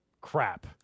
crap